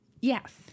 Yes